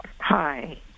Hi